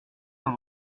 dans